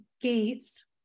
gates